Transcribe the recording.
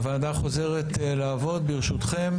הוועדה חוזרת לעבוד, ברשותכם.